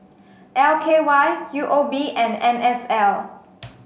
L K Y U O B and N S L